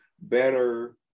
better